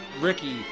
Ricky